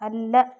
ಅಲ್ಲ